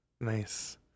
Nice